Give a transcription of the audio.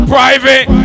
Private